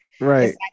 Right